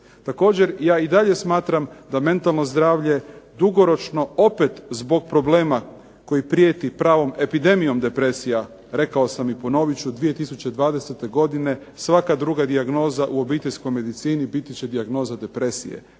Također ja i dalje smatram da mentalno zdravlje dugoročno opet zbog problema koji prijeti pravom epidemijom depresija. Rekao sam i ponovit ću 2020. godine svaka druga dijagnoza u obiteljskoj medicini biti će dijagnoza depresije.